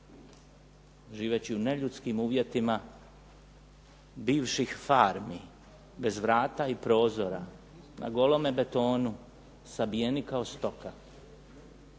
živeći u neljudskim uvjetima bivšim farmi bez vrata i prozora na golome betonu sabijeni kao stoka.